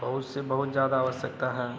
बहुत से बहुत ज़्यादा आवश्यकता है